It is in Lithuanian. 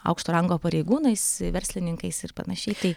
aukšto rango pareigūnais verslininkais ir panašiai tai